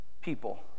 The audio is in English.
people